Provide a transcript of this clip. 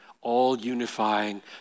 all-unifying